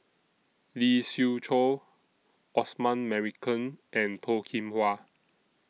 Lee Siew Choh Osman Merican and Toh Kim Hwa